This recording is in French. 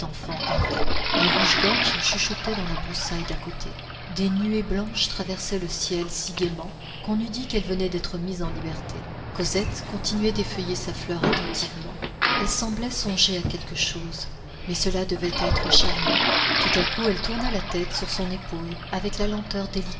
avait un rouge-gorge chuchotait dans la broussaille d'à côté des nuées blanches traversaient le ciel si gaîment qu'on eût dit qu'elles venaient d'être mises en liberté cosette continuait d'effeuiller sa fleur attentivement elle semblait songer à quelque chose mais cela devait être charmant tout à coup elle tourna la tête sur son épaule avec la lenteur